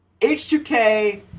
H2K